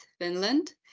finland